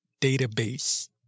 database